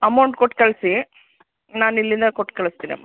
amount ಕೊಟ್ಟು ಕಳಿಸಿ ನಾನು ಇಲ್ಲಿಂದ ಕೊಟ್ಟು ಕಳಿಸ್ತೀನಮ್ಮ